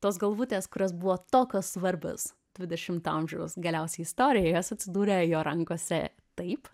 tos galvutės kurios buvo tokios svarbios dvidešimto amžiaus galiausiai istorijoj jos atsidūrė jo rankose taip